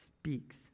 speaks